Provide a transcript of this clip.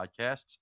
podcasts